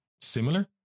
similar